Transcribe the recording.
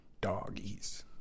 doggies